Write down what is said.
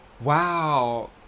Wow